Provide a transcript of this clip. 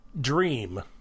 dream